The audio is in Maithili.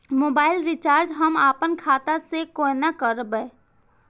मोबाइल रिचार्ज हम आपन खाता से कोना करबै?